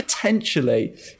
Potentially